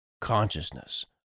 consciousness